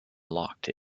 locked